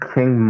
King